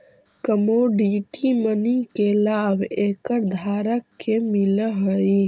commodity money के लाभ एकर धारक के मिलऽ हई